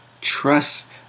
trust